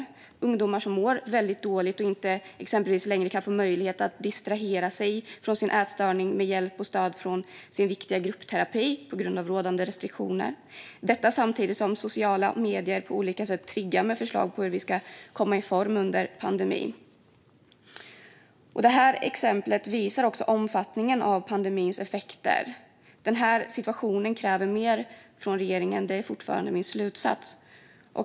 Det är ungdomar som mår väldigt dåligt och som exempelvis inte längre kan få möjlighet att distrahera sig från sin ätstörning med hjälp och stöd från sin viktiga gruppterapi, på grund av rådande restriktioner, detta samtidigt som sociala medier på olika sätt triggar med förslag på hur vi ska komma i form under pandemin. Exemplet visar också omfattningen av pandemins effekter. Denna situation kräver mer från regeringen - det är fortfarande min slutsats.